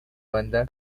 banda